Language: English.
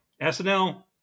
SNL